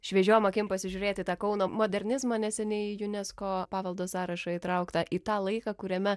šviesiom akim pasižiūrėt į tą kauno modernizmą neseniai į unesco paveldo sąrašą įtrauktą į tą laiką kuriame